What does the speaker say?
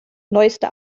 neueste